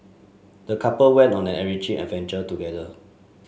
the couple went on an enriching adventure together